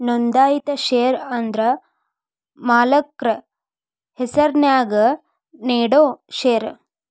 ನೋಂದಾಯಿತ ಷೇರ ಅಂದ್ರ ಮಾಲಕ್ರ ಹೆಸರ್ನ್ಯಾಗ ನೇಡೋ ಷೇರ